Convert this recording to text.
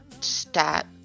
stat